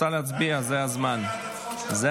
5 נתקבלו.